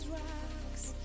rocks